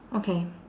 okay